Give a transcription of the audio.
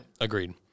agreed